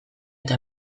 eta